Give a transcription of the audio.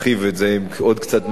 עם עוד קצת מחשבה.